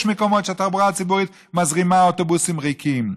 יש מקומות שהתחבורה הציבורית מזרימה אוטובוסים ריקים.